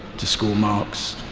to score marks?